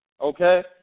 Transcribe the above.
Okay